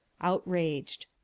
Outraged